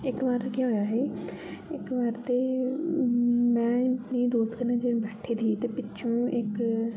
इक बार केह् होंया ही इक बार ते मैं अपनी दोस्त कन्नै जि'यै बैठी दी ही ते पिच्छु इक